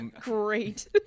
Great